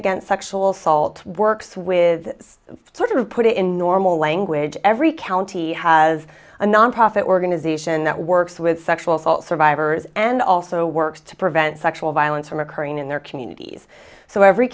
against sexual assault works with sort of put it in normal language every county has a nonprofit organization that works with sexual assault survivors and also works to prevent sexual violence from occurring in their communities so every